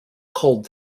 called